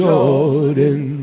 Jordan